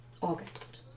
August